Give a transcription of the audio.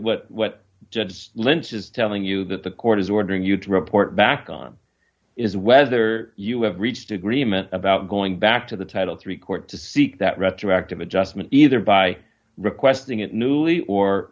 what what judge lynch is telling you that the court is ordering you to report back on is whether you have reached agreement about going back to the title three court to seek that retroactive adjustment either by requesting it newly or